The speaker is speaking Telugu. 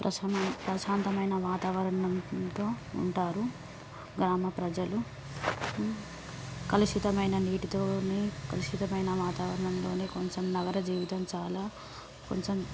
ప్రశమై ప్రశాంతమైన వాతావరణంతో ఉంటారు గ్రామ ప్రజలు కలుషితమైన నీటితోని కలుషితమైన వాతావరణంలోనే కొంచెం నగర జీవితం చాలా కొంచెం